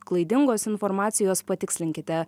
klaidingos informacijos patikslinkite